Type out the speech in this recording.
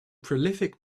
prolific